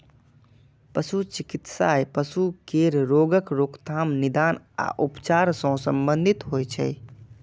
पशु चिकित्सा पशु केर रोगक रोकथाम, निदान आ उपचार सं संबंधित होइ छै